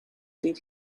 did